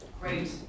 Great